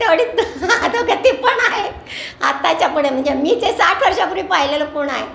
तरी अधोगती पण आहेत आत्ताच्या पणे म्हणजे मी ते साठ वर्षापूर्वी पाहिलेलं पुणं आहे